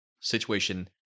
Situation